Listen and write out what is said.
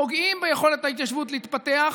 פוגעים ביכולת ההתיישבות להתפתח,